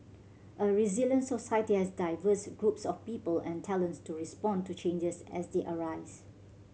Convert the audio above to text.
a resilient society has diverse groups of people and talents to respond to changes as they arise